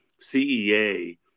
CEA